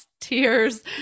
tears